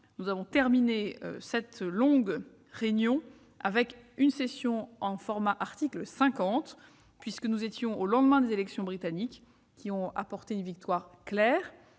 nous avons terminé cette longue réunion par une session en format « article 50 », puisque nous étions au lendemain des élections britanniques. La nette victoire de